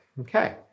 Okay